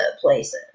places